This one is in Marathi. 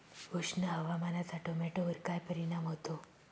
उष्ण हवामानाचा टोमॅटोवर काय परिणाम होतो?